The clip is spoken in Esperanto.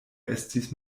estis